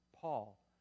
Paul